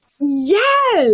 yes